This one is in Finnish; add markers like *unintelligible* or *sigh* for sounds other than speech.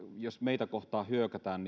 jos meitä kohtaan hyökätään *unintelligible*